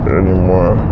anymore